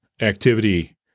activity